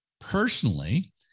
personally